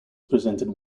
presented